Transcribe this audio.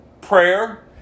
prayer